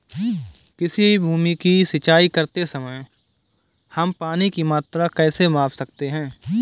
किसी भूमि की सिंचाई करते समय हम पानी की मात्रा कैसे माप सकते हैं?